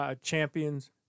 champions